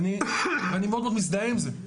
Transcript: אני מאוד מזדהה עם זה,